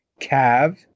Cav